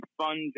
fun